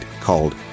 called